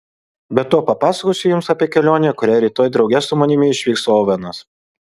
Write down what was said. be to papasakosiu jums apie kelionę į kurią rytoj drauge su manimi išvyks ovenas